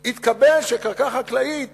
התקבל שקרקע חקלאית